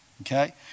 Okay